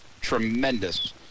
tremendous